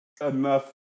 enough